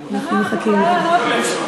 אנחנו מחכים לך.